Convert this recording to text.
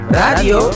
radio